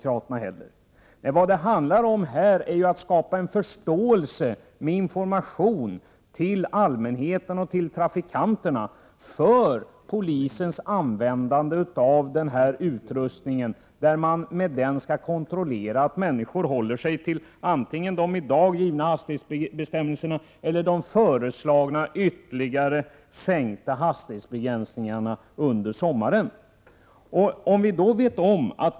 161 Det handlar här om att genom information skapa förståelse hos allmänheten och trafikanterna för polisens användande av den utrustning med vilken man skall kunna kontrollera att människor under sommarsäsongen håller de gällande hastighetsgränserna eller de föreslagna sänkta hastighetsgränserna.